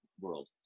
world